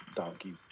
donkey